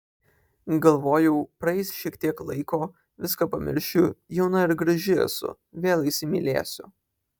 galvojau praeis šiek tiek laiko viską pamiršiu jauna ir graži esu vėl įsimylėsiu